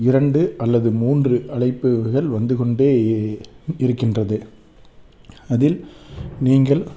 இரண்டு அல்லது மூன்று அழைப்புகள் வந்து கொண்டே இருக்கின்றது அதில் நீங்கள்